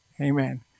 Amen